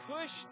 push